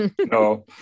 No